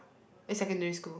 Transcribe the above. eh secondary school